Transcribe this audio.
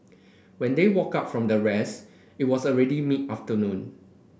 when they woke up from their rest it was already mid afternoon